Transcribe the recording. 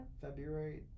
February